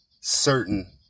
certain